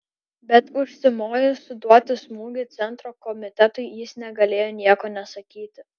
bet užsimojus suduoti smūgį centro komitetui jis negalėjo nieko nesakyti